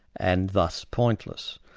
and thus pointless.